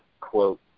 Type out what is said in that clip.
quote